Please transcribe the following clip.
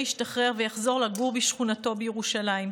ישתחרר ויחזור לגור בשכונתו בירושלים,